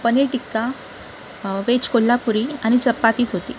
paneer tikka veg Kolhapuri आणि चपातीच होती